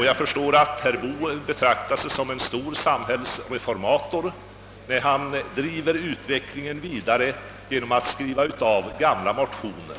Jag förstår att herr Boo betraktar sig som en stor samhällsreformator när han driver utvecklingen vidare genom att skriva av gamla motioner.